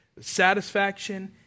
satisfaction